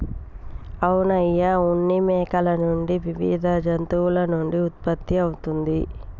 అవును అయ్య ఉన్ని మేకల నుండి వివిధ జంతువుల నుండి ఉత్పత్తి అవుతుంది